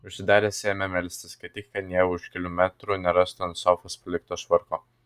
užsidaręs ėmė melstis kad tik anie už kelių metrų nerastų ant sofos palikto švarko